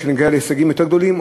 כדי שנגיע להישגים יותר גדולים?